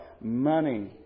Money